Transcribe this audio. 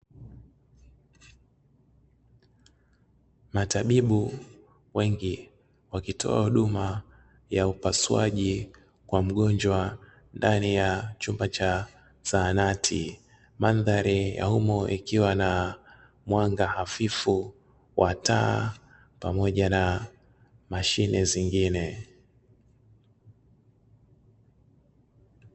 Matabibu wengi wakitoa huduma ya upasuaji kwa mgonjwa ndani ya chumba cha zahanati mandhari ya humo ikiwa na mwanga hafifu wa taa pamoja na mashine zingine.